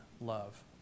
love